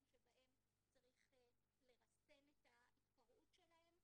שבהם צריך לרסן את ההתפרעות שלהם.